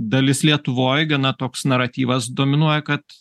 dalis lietuvoj gana toks naratyvas dominuoja kad